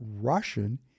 Russian